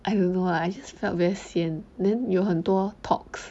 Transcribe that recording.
I don't know lah I just felt very sien then 有很多 talks